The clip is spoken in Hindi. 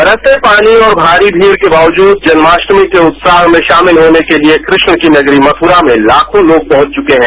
बरसते पानी और भारी भीड़ के बावजूद जन्माष्टनी के उत्साह में शामिल होने के लिए कृष्ण की नगरी मथुरा में लाखों लोग पहुंच चुके है